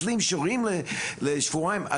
חינוכית, ומתבטלים שיעורים לשבועיים וכו'.